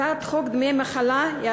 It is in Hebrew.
הצעת חוק דמי מחלה (תיקון,